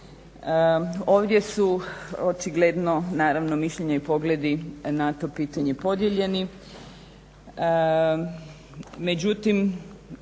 Ovdje su očigledno naravno mišljenja i pogledi na to pitanje podijeljeni,